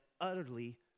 utterly